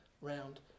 round